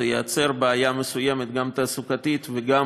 זה ייצר בעיה מסוימת, גם תעסוקתית וגם